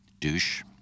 Douche